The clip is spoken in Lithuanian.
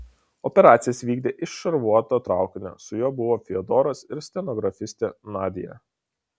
operacijas vykdė iš šarvuoto traukinio su juo buvo fiodoras ir stenografistė nadia